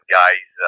guys